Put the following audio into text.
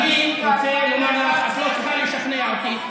אני רוצה לומר לך, את לא צריכה לשכנע אותי.